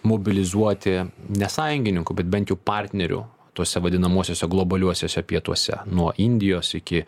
mobilizuoti ne sąjungininkų bet bent jų partnerių tuose vadinamuosiuose globaliuosiuose pietuose nuo indijos iki